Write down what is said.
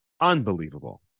unbelievable